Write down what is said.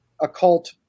occult